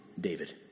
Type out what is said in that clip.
David